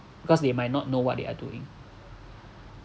because they might not know what they are doing